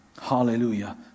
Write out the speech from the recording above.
Hallelujah